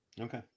Okay